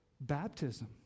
baptism